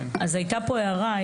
אז הייתה פה הערה,